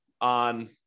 on